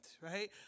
right